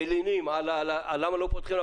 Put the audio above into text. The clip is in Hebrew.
מלינים למה לא פותחים?